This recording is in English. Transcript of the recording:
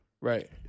Right